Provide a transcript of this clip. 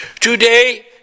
today